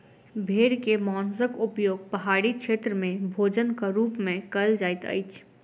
भेड़ के मौंसक उपयोग पहाड़ी क्षेत्र में भोजनक रूप में कयल जाइत अछि